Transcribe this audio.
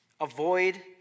avoid